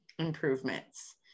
improvements